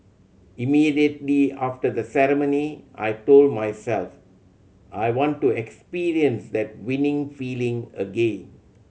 immediately after the ceremony I told myself I want to experience that winning feeling again